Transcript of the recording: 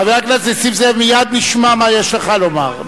חבר הכנסת נסים זאב, מייד נשמע מה יש לך לומר.